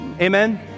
Amen